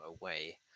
away